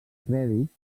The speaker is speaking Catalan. crèdit